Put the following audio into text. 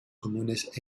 comunes